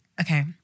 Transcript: Okay